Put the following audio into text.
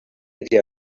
radio